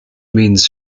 means